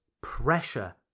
pressure